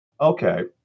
Okay